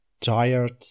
tired